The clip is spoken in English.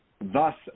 thus